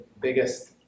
biggest